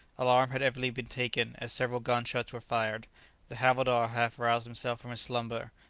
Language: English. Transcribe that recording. alarm had evidently been taken, as several gun-shots were fired the havildar half roused himself from his slumber,